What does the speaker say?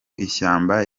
ishyamba